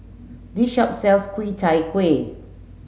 this shop sells Ku Chai Kuih